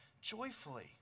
joyfully